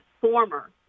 former